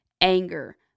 anger